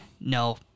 no